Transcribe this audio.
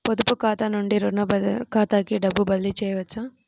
పొదుపు ఖాతా నుండీ, రుణ ఖాతాకి డబ్బు బదిలీ చేయవచ్చా?